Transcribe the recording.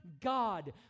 God